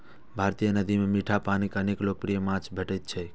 भारतीय नदी मे मीठा पानिक अनेक लोकप्रिय माछ भेटैत छैक